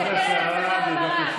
תסתכל על עצמך במראה,